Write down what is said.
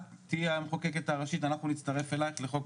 את תהיי המחוקקת הראשית אנחנו נצטרף אליך לחוק